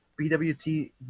BWT